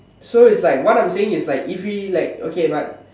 so is like what I'm saying is like if we like okay but